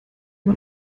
man